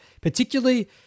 particularly